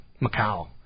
Macau